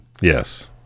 Yes